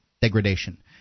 degradation